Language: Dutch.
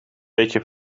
beetje